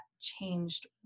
changed